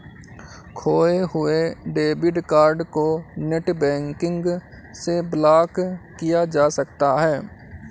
खोये हुए debit card को नेटबैंकिंग से ब्लॉक किया जा सकता है